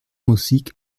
musik